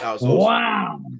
Wow